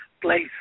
place